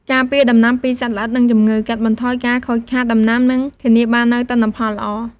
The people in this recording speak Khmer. ការពារដំណាំពីសត្វល្អិត និងជំងឺ កាត់បន្ថយការខូចខាតដំណាំ និងធានាបាននូវទិន្នផលល្អ។